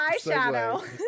eyeshadow